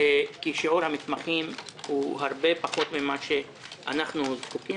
כי שיעור המתמחים הוא הרבה פחות ממה שאנחנו זקוקים,